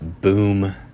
boom